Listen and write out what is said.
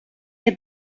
que